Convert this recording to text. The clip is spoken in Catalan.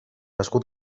escut